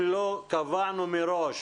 אם לא קבענו מראש